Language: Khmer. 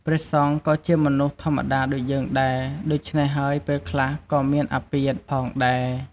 ព្រះសង្ឃក៏ជាមនុស្សធម្មតាដូចយើងដែរ ដូច្នេះហើយពេលខ្លះក៏មានអាពាធ ផងដែរ។